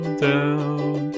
down